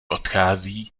odchází